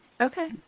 Okay